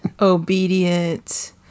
obedient